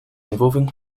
involving